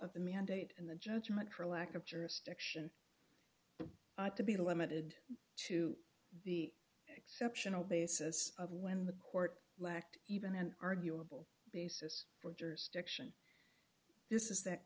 of the mandate and the judgment for lack of jurisdiction to be limited to the exceptional basis of when the court lacked even an arguable basis for jurisdiction this is that